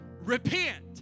repent